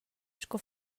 sco